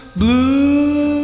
blue